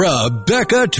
Rebecca